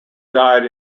died